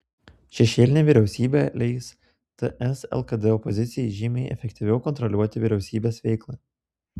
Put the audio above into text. šešėlinė vyriausybė leis ts lkd opozicijai žymiai efektyviau kontroliuoti vyriausybės veiklą